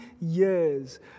years